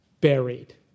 buried